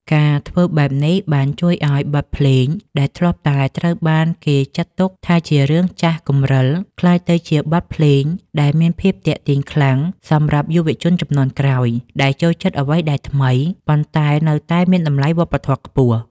ការធ្វើបែបនេះបានជួយឱ្យបទភ្លេងដែលធ្លាប់តែត្រូវបានគេចាត់ទុកថាជារឿងចាស់គំរឹល ក្លាយទៅជាបទភ្លេងដែលមានភាពទាក់ទាញខ្លាំងសម្រាប់យុវជនជំនាន់ក្រោយ ដែលចូលចិត្តអ្វីដែលថ្មី ប៉ុន្តែនៅតែមានតម្លៃវប្បធម៌ខ្ពស់។